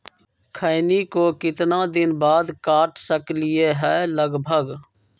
खैनी को कितना दिन बाद काट सकलिये है लगभग?